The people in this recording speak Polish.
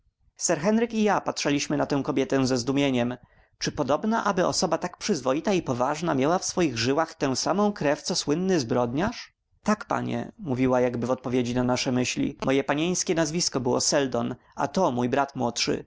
henryk i ja patrzaliśmy na tę kobietę ze zdumieniem czyż podobna aby osoba tak przyzwoita i poważna miała w swoich żyłach tę samą krew co słynny zbrodniarz tak panie mówiła jakby w odpowiedzi na nasze myśli moje panieńskie nazwisko było seldon a to mój brat młodszy